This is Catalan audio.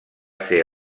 ser